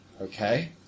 Okay